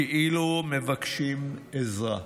כאילו מבקשים עזרה.